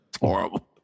Horrible